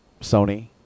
Sony